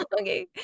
okay